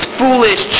foolish